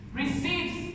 receives